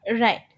Right